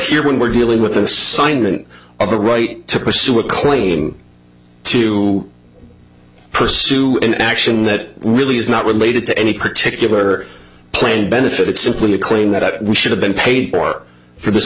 here when we're dealing with assignment of a right to pursue a claim to pursue an action that really is not related to any particular plain benefit it's simply a claim that we should have been paid for for this